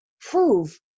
prove